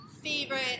favorite